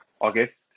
August